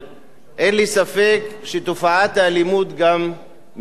אין לי ספק שתופעת האלימות גם מתגמדת.